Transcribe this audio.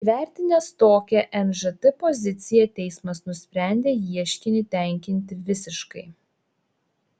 įvertinęs tokią nžt poziciją teismas nusprendė ieškinį tenkinti visiškai